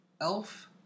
Elf